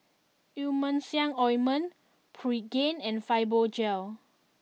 Emulsying Ointment Pregain and Fibogel